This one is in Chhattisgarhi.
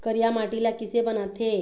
करिया माटी ला किसे बनाथे?